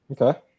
Okay